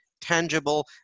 tangible